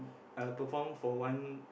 uh perform for one